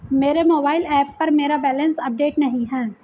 मेरे mobile app पर मेरा बैलेंस अपडेट नहीं है